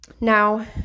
Now